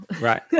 Right